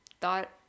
thought